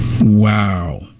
wow